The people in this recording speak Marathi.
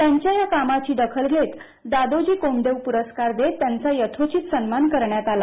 त्यांच्या या कामाची दखल घेत दादोजी कोंडदेव पुरस्कार देत त्यांचा यथोचित सन्मान करण्यात आला